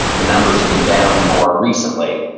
the numbers have been down more recently.